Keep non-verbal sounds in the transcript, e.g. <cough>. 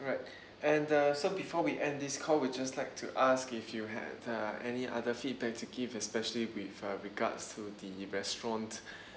alright and uh so before we end this call we'll just like to ask if you had uh any other feedback to give especially with uh regards to the restaurant <breath>